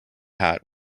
hat